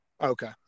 Okay